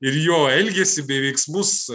ir jo elgesį bei veiksmus